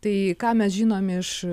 tai ką mes žinom iš